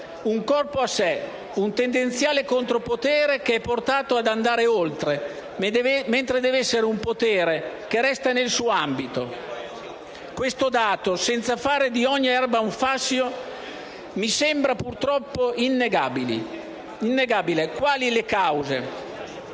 un corpo a sé, un tendenziale contropotere portato ad andare oltre, mentre deve essere un potere che resta nel suo ambito. Questo dato, senza fare di ogni erba un fascio, mi sembra purtroppo innegabile. Quali le cause?